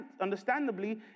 Understandably